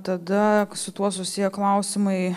tada su tuo susiję klausimai